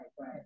right